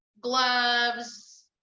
gloves